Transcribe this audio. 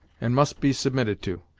and must be submitted to!